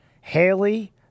Haley